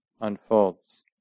unfolds